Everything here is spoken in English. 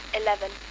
eleven